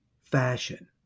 fashion